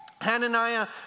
Hananiah